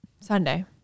Sunday